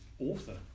author